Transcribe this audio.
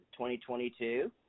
2022